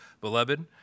beloved